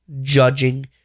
judging